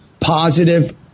positive